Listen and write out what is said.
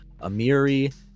Amiri